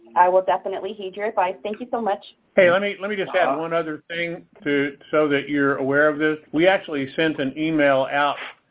i will definitely heed your advice. thank you so much. hey, let me let me get that one other thing, too, so that you're aware of this. we actually sent an email out.